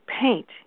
paint